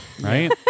right